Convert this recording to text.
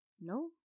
no